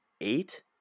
eight